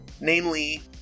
namely